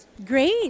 Great